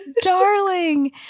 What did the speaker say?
darling